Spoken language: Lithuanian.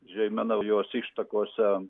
žeimena jos ištakose